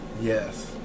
Yes